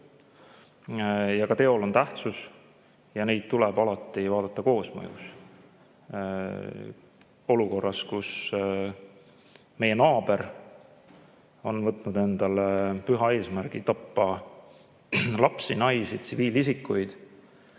jõud, teol on tähtsus ja neid tuleb alati vaadata koosmõjus, olukorras, kus meie naaber on võtnud endale püha eesmärgi tappa lapsi, naisi, tsiviilisikuid